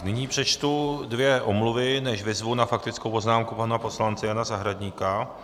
Nyní přečtu dvě omluvy, než vyzvu k faktické poznámce pana poslance Jana Zahradníka.